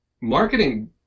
marketing